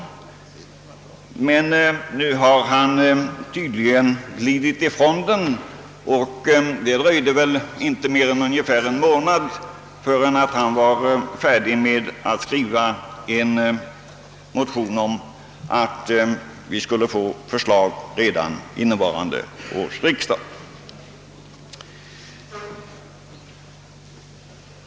Nu har han tydligen glidit från den; det dröjde väl inte mer än ungefär en månad förrän han var färdig att författa en motion om att vi skulle få förslag redan till innevarande års riksdag.